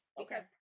Okay